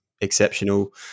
exceptional